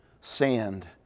sand